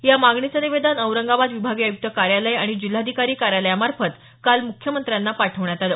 या मागणीचं निवेदन औरंगाबाद विभागीय आयुक्त कायोलय आणि जिल्हाधिकारी कार्यालयामार्फत काल मुख्यमंत्र्यांना पाठवण्यात आलं